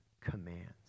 commands